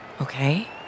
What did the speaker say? Okay